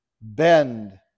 bend